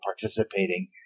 participating